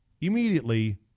immediately